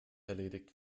erledigt